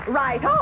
right